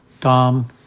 Tom